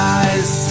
eyes